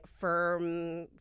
firm